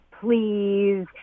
please